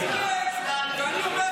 אתה אנין.